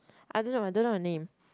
I don't know I don't know her name